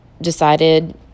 decided